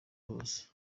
hose